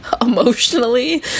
emotionally